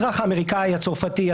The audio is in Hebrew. כי אני מדבר על המצב הרצוי בהקשר הזה.